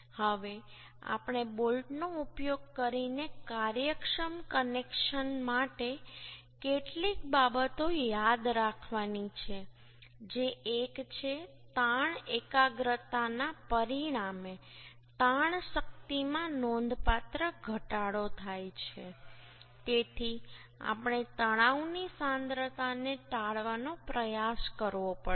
હવે આપણે બોલ્ટનો ઉપયોગ કરીને કાર્યક્ષમ કનેક્શન માટે કેટલીક બાબતો યાદ રાખવાની છે જે એક છે તાણ એકાગ્રતાના પરિણામે તાણ શક્તિમાં નોંધપાત્ર ઘટાડો થાય છે તેથી આપણે તણાવની સાંદ્રતાને ટાળવાનો પ્રયાસ કરવો પડશે